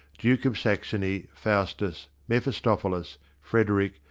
duke of saxony, faustus, mephistophilis, frederick,